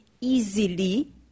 easily